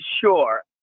Sure